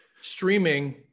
Streaming